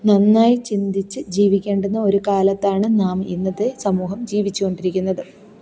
നന്നായി ചിന്തിച്ച് ജീവിക്കണ്ട ഒരു കാലത്താണ് നാം ഇന്നത്തെ സമൂഹം ജീവിച്ചുകൊണ്ടിരിക്കുന്നത്